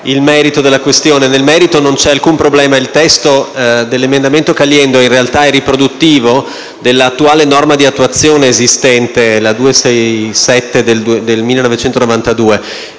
il merito delle questione. Nel merito non c'è alcun problema. Il testo dell'emendamento Caliendo è riproduttivo dell'attuale norma di attuazione. Mi riferisco alla legge n. 267 del 1992.